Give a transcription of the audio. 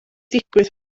digwydd